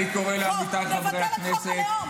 אני קורא לעמיתיי חברי הכנסת -- תבטל את חוק הלאום,